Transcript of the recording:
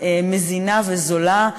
מזינה וזולה.